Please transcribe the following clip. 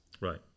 Right